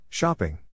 Shopping